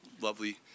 lovely